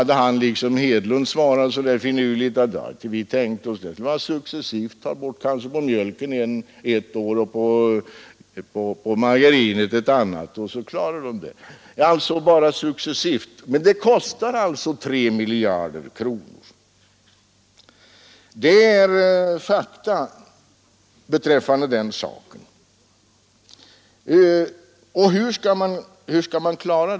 På det svarade herr Fälldin så där finurligt som herr Hedlund alltid brukade göra, att det har man inte tänkt på; man kanske skulle kunna ta det successivt, ett år på mjölken och ett annat år på margarinet Om man går successivt fram, så går det att klara. Ja, men det kostar ändå 3 miljarder kronor, det är ett faktum.